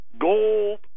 gold